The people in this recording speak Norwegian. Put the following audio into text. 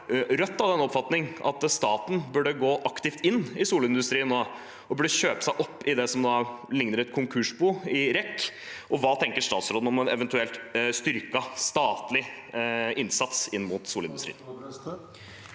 Rødt av den oppfatning at staten burde gå aktivt inn i solindustrien nå og kjøpe seg opp i det som ligner et konkursbo i REC. Hva tenker statsråden om en eventuell styrket statlig innsats inn mot solenergi?